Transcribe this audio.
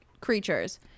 creatures